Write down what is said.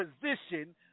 position